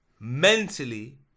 mentally